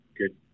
good